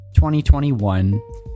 2021